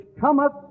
cometh